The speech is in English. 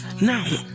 now